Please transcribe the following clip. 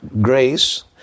Grace